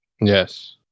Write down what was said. Yes